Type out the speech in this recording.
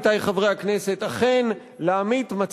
עמיתי חברי הכנסת,